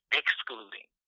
excluding